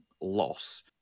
loss